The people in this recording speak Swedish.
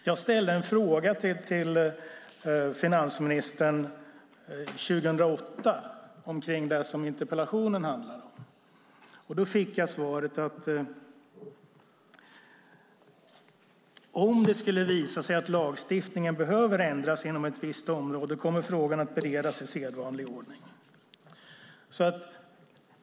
Jag ställde en fråga till finansministern 2008 om det som interpellationen handlar om. Då fick jag svaret att "om det skulle visa sig att lagstiftningen behöver ändras inom ett visst område kommer frågan att beredas i sedvanlig ordning".